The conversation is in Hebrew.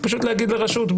פשוט להגיד לרשות,